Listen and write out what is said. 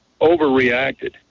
overreacted